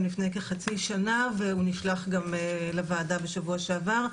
לפני כחצי שנה והוא נשלח גם לוועדה בשבוע שעבר.